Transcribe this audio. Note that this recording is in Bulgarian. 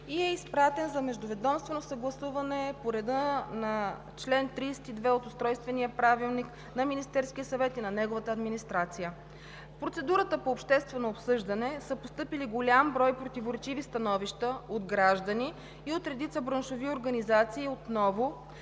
и е изпратен за междуведомствено съгласуване по реда на чл. 32 от Устройствения правилник на Министерския съвет и на неговата администрация. В процедурата по обществено обсъждане са постъпили голям брой противоречиви становища от граждани и от редица браншови организации, отново